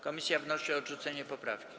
Komisja wnosi o odrzucenie poprawki.